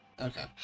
okay